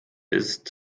ist